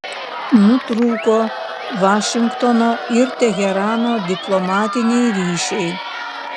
nutrūko vašingtono ir teherano diplomatiniai ryšiai